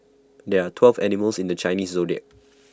there are twelve animals in the Chinese Zodiac